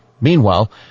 Meanwhile